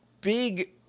big